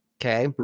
Okay